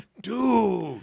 Dude